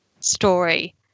story